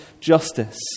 justice